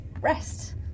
rest